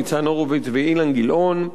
ניצן הורוביץ ואילן גילאון.